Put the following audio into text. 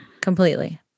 Completely